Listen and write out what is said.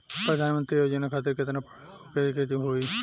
प्रधानमंत्री योजना खातिर केतना पढ़ल होखे के होई?